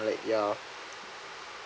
uh like yeah